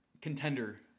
Contender